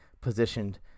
positioned